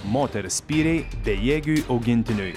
moters spyriai bejėgiui augintiniui